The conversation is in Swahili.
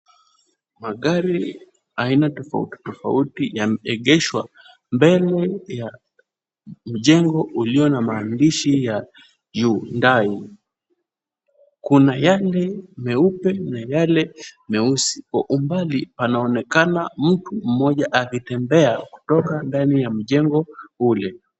Magari aina tofautitofauti yameegeshwa mbele ya mjengo ulio na maandishi ya Yundai. Kuna yale meupe na yale meusi. Kwa umbali panaonekana mtu fulani akitembea kutoka kwa mjengo ule.